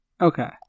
Okay